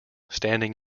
standing